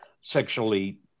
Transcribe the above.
sexually